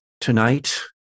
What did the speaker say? tonight